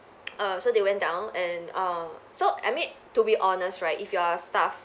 err so they went down and uh so I mean to be honest right if you're a staff